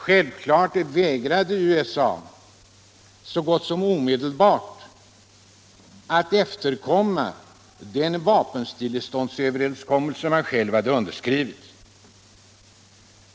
Självfallet vägrade USA så gott som omedelbart att efterkomma den vapenstilleståndsöverenskommelse som man hade underskrivit.